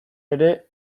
ere